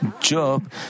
Job